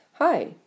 Hi